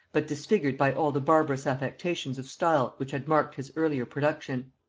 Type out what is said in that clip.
but disfigured by all the barbarous affectations of style which had marked his earlier production.